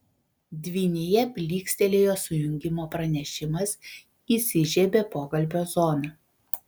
dvynyje blykstelėjo sujungimo pranešimas įsižiebė pokalbio zona